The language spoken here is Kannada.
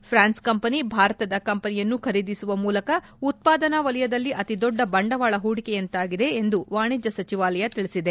ಫ್ರಾನ್ಸ್ ಕಂಪನಿ ಭಾರತದ ಕಂಪನಿಯನ್ನು ಖರೀದಿಸುವ ಮೂಲಕ ಉತ್ವಾದನಾ ವಲಯದಲ್ಲಿ ಅತಿದೊಡ್ಡ ಬಂಡವಾಳ ಹೂಡಿಕೆಯಾದಂತಾಗಿದೆ ಎಂದು ವಾಣಿಜ್ಯ ಸಚಿವಾಲಯ ತಿಳಿಸಿದೆ